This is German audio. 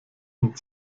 und